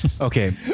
Okay